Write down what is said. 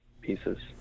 pieces